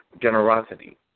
generosity